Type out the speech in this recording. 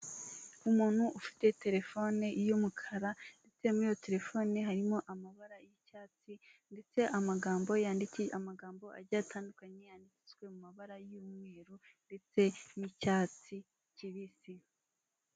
Umuntu ufite telefone y'umukara ndetse muriyo telefone harimo amabara y'icyatsi ndetse amagambo yanditse amagambo agiye atandukanye yanditswe mu mabara y'umweru ndetse n'icyatsi kibisi.